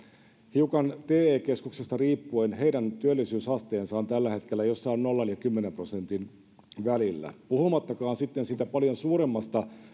hiukan te keskuksesta riippuen heidän työllisyysasteensa on tällä hetkellä jossain nollan ja kymmenen prosentin välillä puhumattakaan sitten siitä paljon suuremmasta